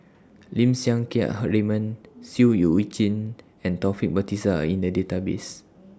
Lim Siang Keat Raymond Seah EU Chin and Taufik Batisah Are in The Database